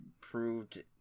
proved